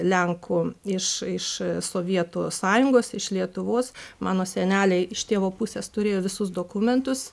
lenkų iš sovietų sąjungos iš lietuvos mano seneliai iš tėvo pusės turėjo visus dokumentus